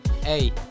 Hey